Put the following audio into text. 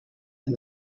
and